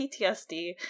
PTSD